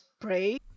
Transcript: pray